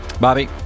Bobby